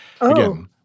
again